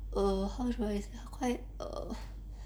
err how should I call it err